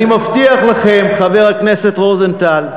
אני מבטיח לכם, חבר הכנסת רוזנטל,